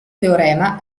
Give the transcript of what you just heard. teorema